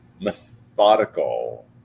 methodical